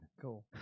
Cool